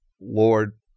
Lord